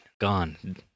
gone